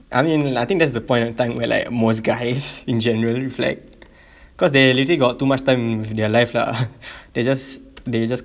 I mean I think there's a point of time where like most guys in general reflect cause they literally got too much time with their life lah they just they just